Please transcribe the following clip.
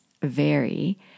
vary